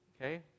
Okay